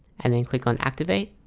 and then click on activate